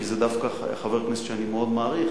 כי זה דווקא חבר כנסת שאני מאוד מעריך,